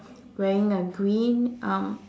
wearing a green um